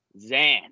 Zan